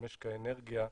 משק האנרגיה.